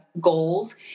goals